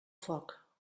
foc